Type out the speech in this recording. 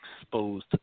exposed